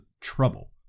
trouble